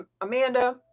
Amanda